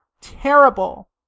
terrible